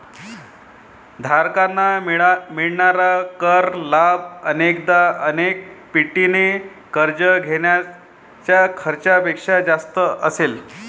धारकांना मिळणारा कर लाभ अनेकदा अनेक पटीने कर्ज घेण्याच्या खर्चापेक्षा जास्त असेल